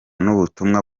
n’ubutumwa